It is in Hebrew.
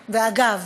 אגב,